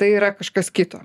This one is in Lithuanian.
tai yra kažkas kito